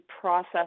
process